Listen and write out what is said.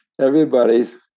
Everybody's